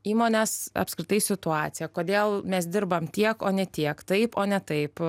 įmonės apskritai situaciją kodėl mes dirbame tiek o ne tiek taip o ne taip